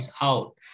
out